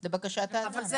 אבל זה